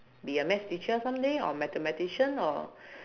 be a maths teacher someday or mathematician or